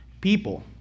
people